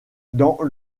dans